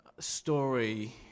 Story